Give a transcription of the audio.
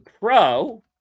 Pro